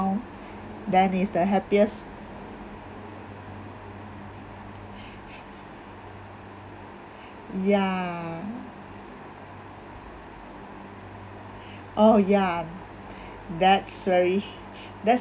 then it's the happiest ya oh ya that's very that